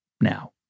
now